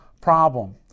problem